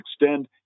extend